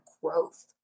growth